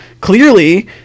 clearly